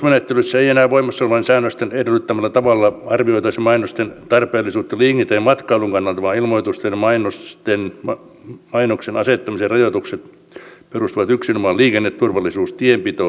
ilmoitusmenettelyssä ei enää voimassa olevien säännösten edellyttämällä tavalla arvioitaisi mainosten tarpeellisuutta liikenteen ja matkailun kannalta vaan ilmoitusten ja mainosten asettamisen rajoitukset perustuvat yksinomaan liikenneturvallisuus tienpito ja ympäristönäkökohtiin